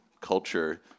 culture